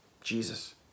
Jesus